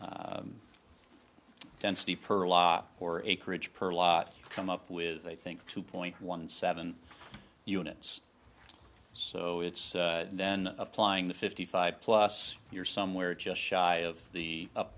more acreage per lot come up with i think two point one seven units so it's then applying the fifty five plus you're somewhere just shy of the up